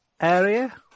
area